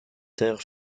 terres